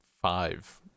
five